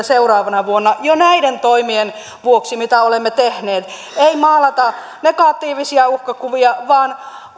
seuraavana vuonna jo näiden toimien vuoksi mitä olemme tehneet ei maalata negatiivisia uhkakuvia vaan